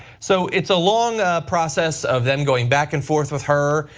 so it's a long process of them going back and forth with her,